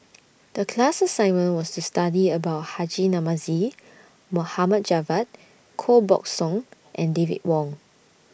The class assignment was to study about Haji Namazie Mohd Javad Koh Buck Song and David Wong